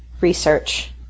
research